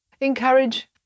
Encourage